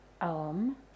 Om